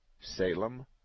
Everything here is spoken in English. Salem